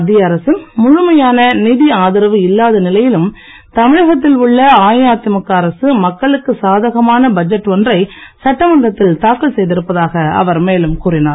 மத்திய அரசின் முழுமையான நிதி ஆதரவு இல்லாத நிலையிலும் தமிழகத்தில் உள்ள அஇஅதிமுக அரசு மக்களுக்கு சாதகமான பட்ஜெட் ஒன்றை சட்டமன்றத்தில் தாக்கல் செய்திருப்பதாக அவர் மேலும் கூறினார்